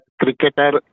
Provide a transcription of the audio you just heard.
cricketer